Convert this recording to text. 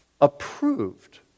Approved